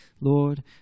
Lord